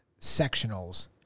sectionals